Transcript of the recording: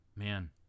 Man